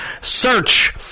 Search